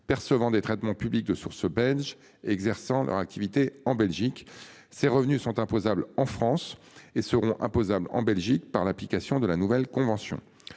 percevant des traitements public de source belge exerçant leur activité en Belgique. Ses revenus sont imposables en France et seront imposables en Belgique par l'application de la nouvelle convention